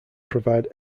provide